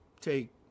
take